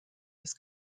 des